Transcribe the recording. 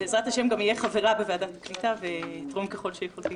בעזרת השם גם אהיה חברה בוועדת הקליטה ואתרום ככל שביכולתי.